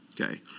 Okay